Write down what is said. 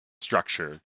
structure